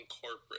corporate